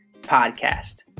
Podcast